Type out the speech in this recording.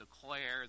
declare